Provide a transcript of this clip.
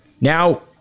Now